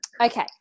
Okay